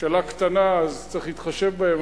ממשלה קטנה אז צריך להתחשב בהם,